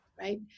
right